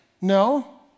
No